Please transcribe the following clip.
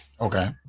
okay